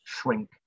Shrink